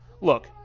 look